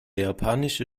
japanische